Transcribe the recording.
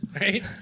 Right